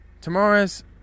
tomorrow's